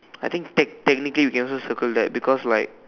I think tech technically we can also circle that because like